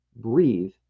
breathe